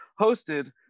hosted